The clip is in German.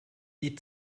die